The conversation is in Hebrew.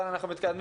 אבל אנחנו מתקדמים.